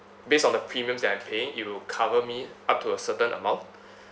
based on the premiums that I'm paying it'll cover me up to a certain amount